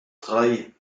drei